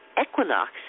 equinox